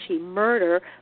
murder